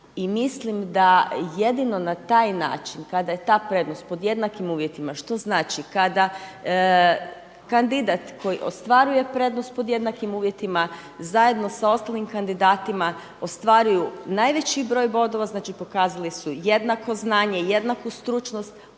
I mislim da jedino na taj način kada je ta prednost pod jednakim uvjetima, što znači kada kandidat koji ostvaruje prednost pod jednakim uvjetima zajedno sa ostalim kandidatima ostvaruju najveći broj bodova, znači pokazali su jednako znanje, jednaku stručnost